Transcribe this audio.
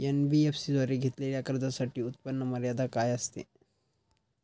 NBFC द्वारे घेतलेल्या कर्जासाठी उत्पन्न मर्यादा काय असते?